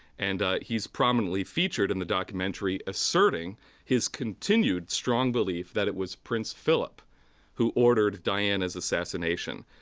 and he's prominently featured in the documentary asserting his continued strong belief that it was prince philip who ordered diana's assassination.